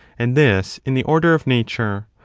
and this in the order of nature,